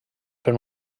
per